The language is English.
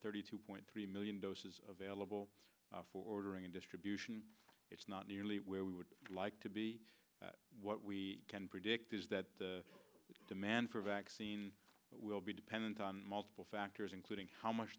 thirty two point three million doses available for ordering and distribution it's not nearly where we would like to be what we can predict is that demand for vaccine will be dependent on multiple factors and how much